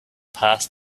past